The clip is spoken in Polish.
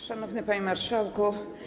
Szanowny Panie Marszałku!